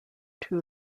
two